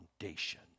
foundation